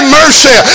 mercy